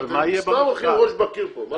אתם סתם הולכים ראש בקיר פה.